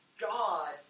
God